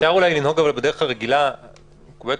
אפשר לנהוג בדרך הרגילה והמקובלת